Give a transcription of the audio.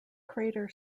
crater